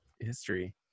history